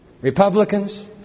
Republicans